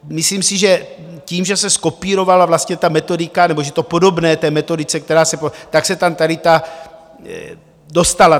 Myslím si, že tím, že se zkopírovala vlastně ta metodika nebo že je to podobné té metodice, která se tak se tam tady ta dostala.